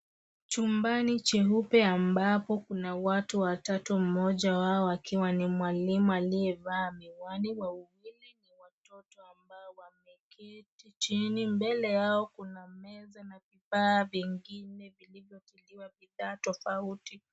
Chumbani cheupe ambapo kuna watu watatu , mmoja wao akiwa ni mwalimu aliyevaa miwani. Wawili ni watoto ambao wameketi chini. Mbele yao kuna meza na vifaa vingine vilivyotiliwa bidhaa tofauti.